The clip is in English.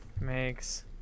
makes